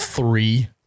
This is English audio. Three